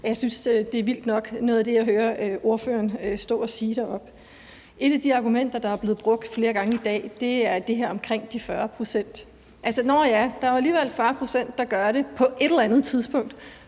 jeg synes, at noget af det, jeg hører ordføreren stå og sige deroppe, er vildt nok. Et af de argumenter, der er blevet brugt flere gange i dag, er det her med de 40 pct.: Nå ja, der er jo alligevel 40 pct., der gør det på et eller andet tidspunkt,